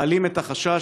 מעלים את החשש: